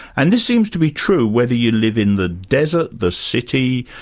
and this seems to be true, whether you live in the desert, the city,